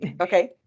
Okay